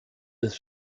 ist